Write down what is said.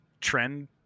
trend